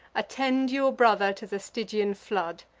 attend your brother to the stygian flood.